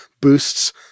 boosts